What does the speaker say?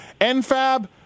NFAB